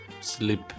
sleep